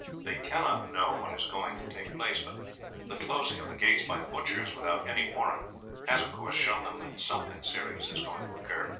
they cannot know what is going to take place, but the closing of the gates by the butchers without any warrant has, of course, shown them that something serious is going to occur.